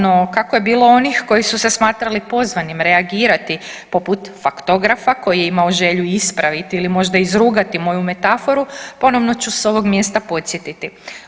No, kako je bilo onih koji su se smatrali pozvanim reagirati poput faktografa koji je imao želju ispraviti ili možda izrugati moju metaforu ponovno ću sa ovog mjesta podsjetiti.